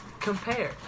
compare